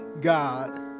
God